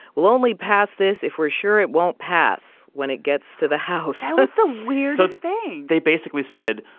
we'll only pass this if we're sure it won't pass when it gets to the house that was the weirdest thing so they basically said,